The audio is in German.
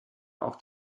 auch